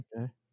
okay